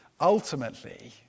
Ultimately